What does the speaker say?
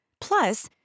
Plus